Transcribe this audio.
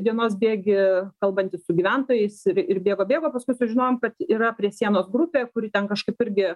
dienos bėgy kalbantis su gyventojais ir ir bėgo bėgo paskui sužinojom kad yra prie sienos grupė kuri ten kažkaip irgi